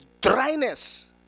dryness